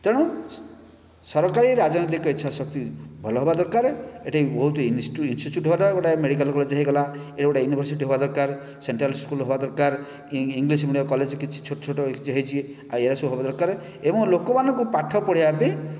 ତେଣୁ ସରକାରୀ ରାଜନୀତିକ ଇଚ୍ଛା ଶକ୍ତି ଭଲ ହେବା ଦରକାର ଏଠି ବହୁତ ଇନ୍ଷ୍ଟିଚ୍ୟୁଟ୍ ମେଡ଼ିକାଲ୍ କଲେଜ୍ ହେଇଗଲା ଏଠି ଗୋଟେ ୟୁନିଭର୍ସିଟି ହେବା ଦରକାର୍ ସେଣ୍ଟ୍ରାଲ୍ ସ୍କୁଲ୍ ହେବା ଦରକାର୍ ଇଂଗ୍ଲିଶ୍ ମିଡିୟମ୍ କଲେଜ୍ କିଛି ଛୋଟ ଛୋଟ ହେଇଛି ଏରା ସବୁ ହେବା ଦରକାର୍ ଏବଂ ଲୋକମାନଙ୍କୁ ପାଠ ପଢ଼େଇବା ପାଇଁ